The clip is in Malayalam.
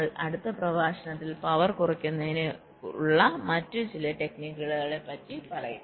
ഞങ്ങളുടെ അടുത്ത പ്രഭാഷണങ്ങളിൽ പവർ കുറയ്ക്കുന്നതിനുള്ള മറ്റ് ചില ടെക്നിക്യുകളെ പറ്റി പറയും